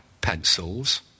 pencils